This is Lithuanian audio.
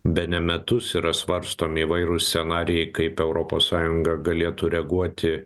bene metus yra svarstomi įvairūs scenarijai kaip europos sąjunga galėtų reaguoti